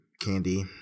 candy